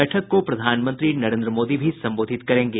बैठक को प्रधानमंत्री नरेन्द्र मोदी भी संबोधित करेंगे